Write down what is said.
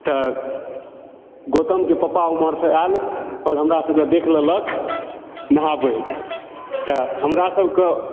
तऽ गौतमके पप्पा उम्हरसँ आएल आओर हमरा सभके देख लेलक नहाबैत तऽ हमरा सभकेँ